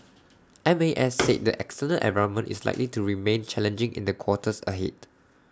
M A S said the external environment is likely to remain challenging in the quarters ahead